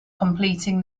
completing